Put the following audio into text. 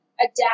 adapt